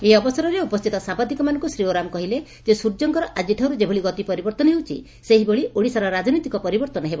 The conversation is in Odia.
ଏହି ଅବସରରେ ଉପସ୍ରିତ ସାମ୍ଘାଦିକମାନଙ୍ଙୁ ଶ୍ରୀ ଓରାମ କହିଲେ ଯେ ସ୍ୱର୍ଯ୍ୟଙ୍କର ଆଜିଠାରୁ ଯେଭଳି ଗତି ପରିବର୍ଭନ ହେଉଛି ସେହିଭଳି ଓଡ଼ିଶାର ରାକନୈତିକ ପରିବର୍ଭନ ହେବ